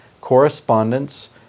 correspondence